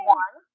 one